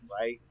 right